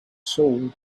sword